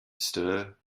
stir